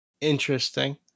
interesting